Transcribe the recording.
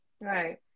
Right